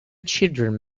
children